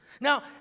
Now